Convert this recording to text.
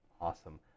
Awesome